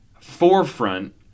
forefront